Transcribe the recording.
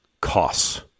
costs